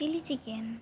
chilli chicken